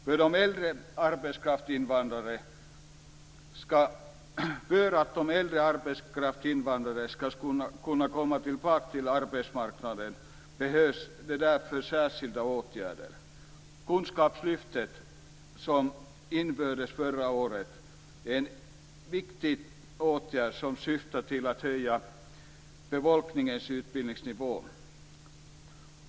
För att de äldre arbetskraftsinvandrarna skall kunna komma tillbaka till arbetsmarknaden behövs det därför särskilda åtgärder. Kunskapslyftet, som infördes förra året, är en viktig åtgärd som syftar till att höja befolkningens utbildningsnivå.